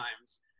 times